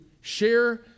share